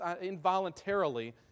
involuntarily